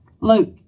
Luke